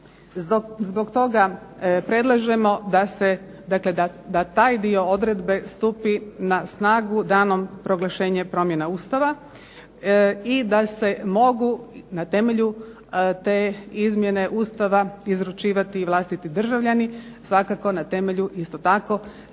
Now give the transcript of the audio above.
Zbog toga predlažemo da se, dakle da taj dio odredbe stupi na snagu danom proglašenja promjena Ustava i da se mogu na temelju te izmjene Ustava izručivati i vlastiti državljani svakako na temelju isto tako